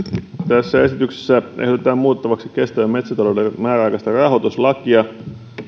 tässä esityksessä ehdotetaan muutettavaksi kestävän metsätalouden määräaikaista rahoituslakia